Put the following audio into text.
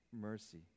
mercy